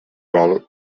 vol